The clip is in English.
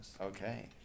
Okay